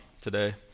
today